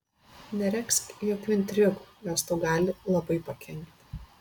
neregzk jokių intrigų jos tau gali labai pakenkti